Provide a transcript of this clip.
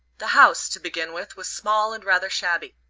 the house, to begin with, was small and rather shabby.